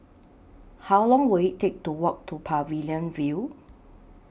How Long Will IT Take to Walk to Pavilion View